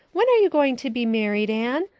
when are you going to be married, anne?